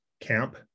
camp